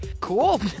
cool